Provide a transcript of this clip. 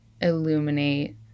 illuminate